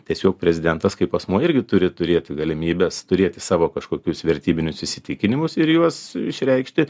tiesiog prezidentas kaip asmuo irgi turi turėti galimybes turėti savo kažkokius vertybinius įsitikinimus ir juos išreikšti